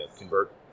convert